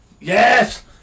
Yes